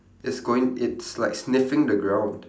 it's going it's like sniffing the ground